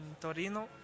Torino